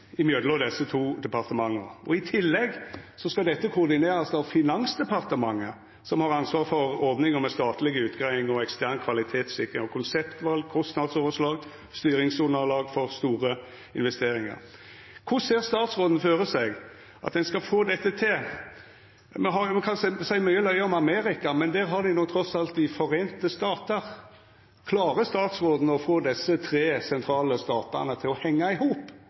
betre samordning mellom desse to departementa, og i tillegg skal dette koordinerast av Finansdepartementet, som har ansvaret for ordninga med statlege utgreiingar og ekstern kvalitetssikring av konseptval, kostnadsoverslag og styringsunderlag for store investeringar. Korleis ser statsråden for seg at ein skal få dette til? Me kan seia mykje løye om Amerika, men der har dei no trass i alt dei «forente stater». Klarar statsråden å få desse tre sentrale «statane» til å hengja i hop,